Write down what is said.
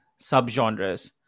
subgenres